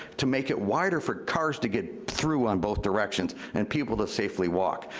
to make it wider for cars to get through on both directions and people to safely walk.